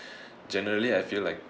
generally I feel like